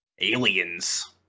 aliens